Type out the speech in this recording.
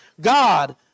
God